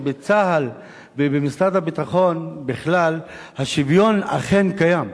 שבצה"ל ובמשרד הביטחון בכלל השוויון אכן קיים.